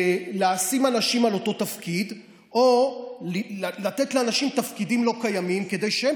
למנות אנשים לאותו תפקיד או לתת לאנשים תפקידים שאינם קיימים כדי שהם